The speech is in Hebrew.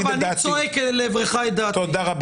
בסדר.